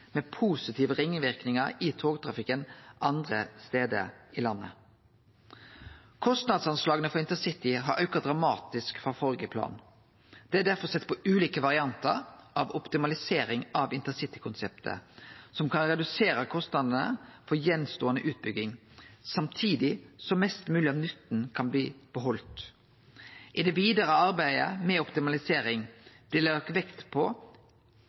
med positive ringverknader i togtrafikken andre stader i landet. Kostnadsanslaga for intercity har auka dramatisk frå førre plan. Det er derfor sett på ulike variantar av optimalisering av intercitykonseptet som kan redusere kostnadene for den utbygginga som står att, samtidig som ein kan behalde mest mogleg av nytta. I det vidare arbeidet med optimalisering blir det lagt vekt på